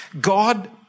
God